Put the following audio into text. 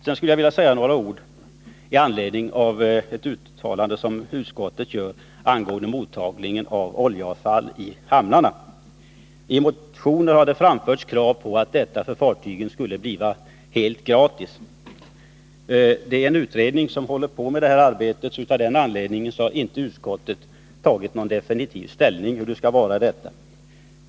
Jag skulle vilja säga några ord med anledning av ett uttalande som utskottet gör angående mottagning av oljeavfall i hamnarna. I en motion har det yrkats att detta för fartygen skulle bli helt gratis. Denna fråga är f. n. föremål för utredning. Av denna anledning har utskottet inte tagit någon definitiv ställning till hur det skall vara.